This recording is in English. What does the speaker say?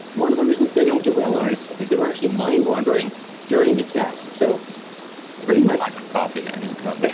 one of the reasons they don't do well on it is they were actually mind-wandering during the test. so pretty lack of coffee, i mean come on